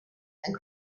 and